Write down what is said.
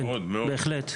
כן, בהחלט.